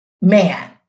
man